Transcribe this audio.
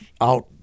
out